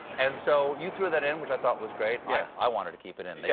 and so you threw that in, which i thought was great. yeah i wanted to keep it in. yeah